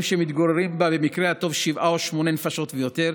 שמתגוררים בה במקרה הטוב שבע או שמונה נפשות ויותר.